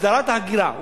הסדרת ההגירה.